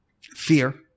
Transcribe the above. fear